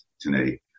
today